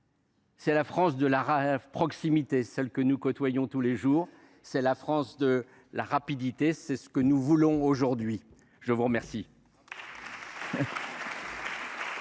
C’est la France de la proximité, celle que nous côtoyons tous les jours. La France de la rapidité : c’est ce que nous voulons aujourd’hui ! La parole